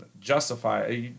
justify